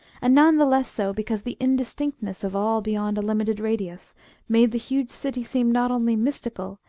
and none the less so because the indistinctness of all beyond a limited radius made the huge city seem not only mystical,